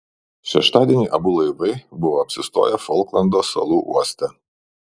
šeštadienį abu laivai buvo apsistoję folklando salų uoste